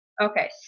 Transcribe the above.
Okay